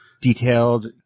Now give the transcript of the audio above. detailed